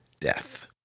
Death